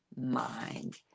mind